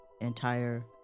entire